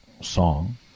song